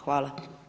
Hvala.